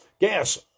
Gas